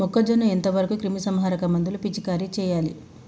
మొక్కజొన్న ఎంత వరకు క్రిమిసంహారక మందులు పిచికారీ చేయాలి?